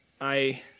I-